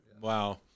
wow